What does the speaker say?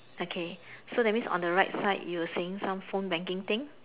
okay so that means on the right side you were seeing some phone banking thing